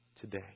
today